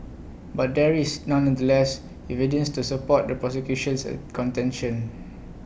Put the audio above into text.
but there is nonetheless evidence to support the prosecution's contention